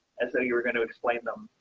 as though you were going to explain them.